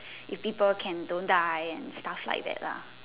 if people can don't die and stuff like that lah